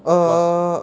uh uh